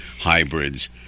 hybrids